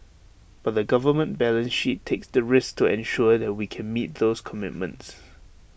but the government balance sheet takes the risk to ensure that we can meet those commitments